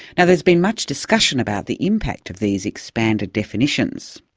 now there's been much discussion about the impact of these expanded definitions,